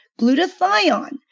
glutathione